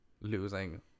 losing